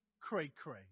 cray-cray